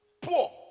Poor